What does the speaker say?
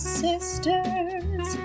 sisters